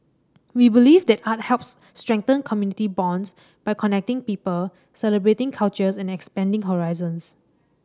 we believe that art helps strengthen community bonds by connecting people celebrating cultures and expanding horizons